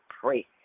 pray